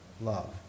love